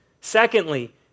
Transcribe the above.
Secondly